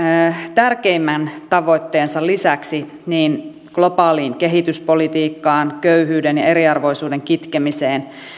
tärkeimmän tavoitteensa lisäksi globaaliin kehityspolitiikkaan köyhyyden ja eriarvoisuuden kitkemiseen